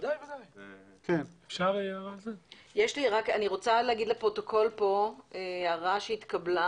לפרוטוקול אני רוצה לומר הערה שהתקבלה,